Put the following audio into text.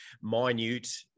minute